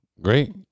Great